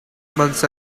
months